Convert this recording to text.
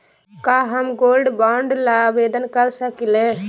का हम gold bond ल आवेदन कर सकली?